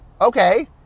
Okay